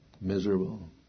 miserable